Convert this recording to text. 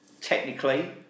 technically